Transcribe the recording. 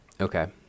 Okay